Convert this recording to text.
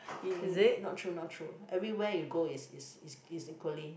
in not true not true everywhere you go is is is equally